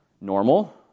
normal